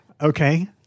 Okay